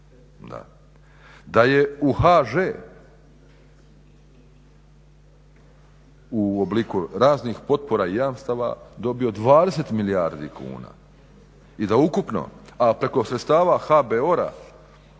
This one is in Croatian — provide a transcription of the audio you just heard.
Da je u HŽ u obliku raznih potpora i jamstava dobio 20 milijardi kuna i da ukupno a preko sredstava HABOR-a